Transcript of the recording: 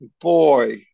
boy